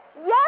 Yes